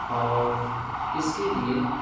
اور اس کے لیے